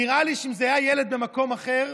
נראה לי שאם זה היה ילד במקום אחר,